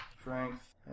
Strength